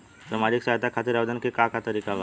सामाजिक सहायता खातिर आवेदन के का तरीका बा?